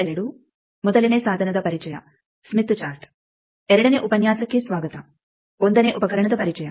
2ನೇ ಉಪನ್ಯಾಸಕ್ಕೆ ಸ್ವಾಗತ 1ನೇ ಉಪಕರಣದ ಪರಿಚಯ